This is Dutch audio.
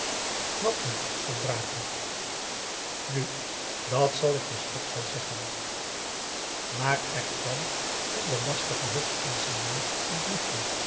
wat niet van brakel nu dat zal ik je straks wel zeggen maar er kwam van den lastigen hoofdingenieur een briefje